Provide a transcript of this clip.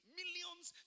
millions